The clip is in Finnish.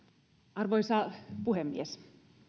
arvoisa puhemies